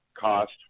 cost